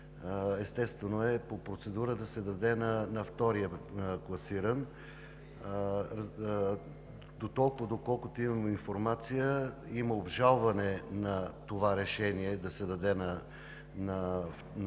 естествено е по процедура да се даде на втория. Доколкото имам информация, има обжалване на това решение да се даде на втория